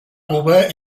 cuba